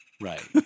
Right